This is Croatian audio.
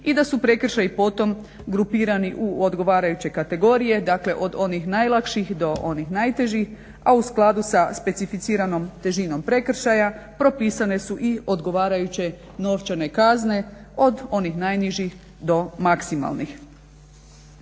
i da su prekršaji potom grupirani u odgovarajuće kategorije dakle od onih najlakših do onih najtežih, a u skladu sa specificiranom težinom prekršaja propisane su i odgovarajuće novčane kazne od onih najnižih do maksimalnih.